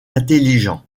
intelligent